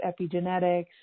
epigenetics